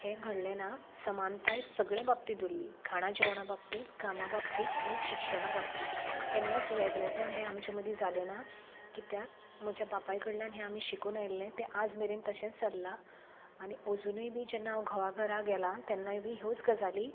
हें घडलें ना समानताय सगळे बाबतींत उरली खाणा जेवणा बाबतींत कामा बाबतींत आणीक शिक्षणा बाबतींत केन्नाच वेगळेपण हें आमचे मदी जालें ना कित्याक म्हज्या बापाय कडल्यान हें आमी शिकून आयल्लें तें आयज मेरेन तशेंच चल्लां आनी अजुनूय बी जेन्ना हांव घोवा घरा गेला तेन्नाय बी ह्योच गजाली